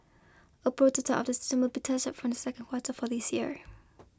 a prototype the system be tested from the second quarter for this year